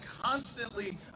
constantly